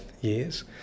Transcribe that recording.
years